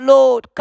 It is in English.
Lord